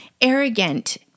arrogant